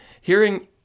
Hearing